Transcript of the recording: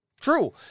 True